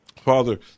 Father